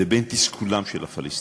לבין תסכולם של הפלסטינים.